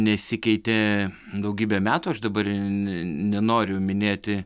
nesikeitė daugybę metų aš dabar ne nenoriu minėti